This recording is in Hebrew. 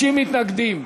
60 מתנגדים,